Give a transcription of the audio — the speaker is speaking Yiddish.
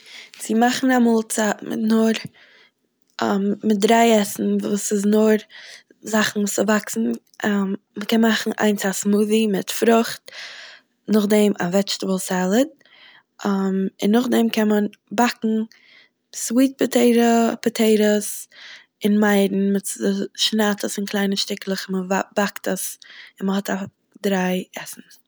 צו מאכן א מאלצייט מיט נאר מיט דריי עסן וואס איז נאר זאכן וואס ס'וואקסן מ'קען מאכן איינס א סמאדי מיט פרוכט, נאכדעם א וועטשטעבל סעלעד, און נאכדעם קען מען באקן סוויט פאטעיטע, פאטעיטעס און מייערן, מ'צושנייד עס אין קליינע שטיקלעך מ'בא- מ'באקט עס און מ'האט א דריי עסן.